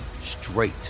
straight